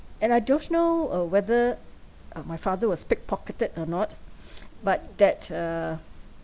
and I don't know uh whether ah my father was pick pocketed or not but that uh